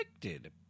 Convicted